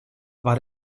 war